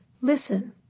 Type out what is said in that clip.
Listen